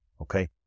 Okay